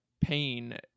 pain